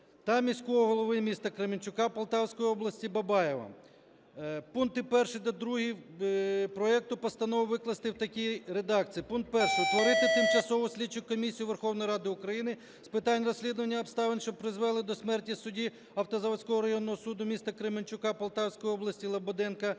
та міського голови міста Кременчука Полтавської області Бабаєва". Пункти 1 та 2 проекту Постанови викласти в такій редакції. "Пункт 1. Створити Тимчасову слідчу комісію Верховної Ради України з питань розслідування обставин, що призвели до смерті судді Автозаводського районного суду міста Кременчука Полтавської області Лободенка